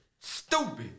Stupid